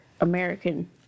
American